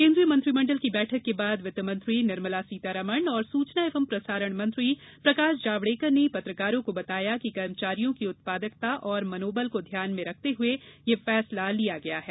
केन्द्रीय मंत्रिमण्डल की बैठक के बाद वित्त मंत्री निर्मला सीतारमण और सूचना एवं प्रसारण मंत्री प्रकाश जावड़ेकर ने पत्रकारों को बताया कि कर्मचारियों की उत्पादकता और मनोबल को ध्यान में रखते हुए यह फैसला लिया गया है